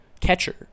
catcher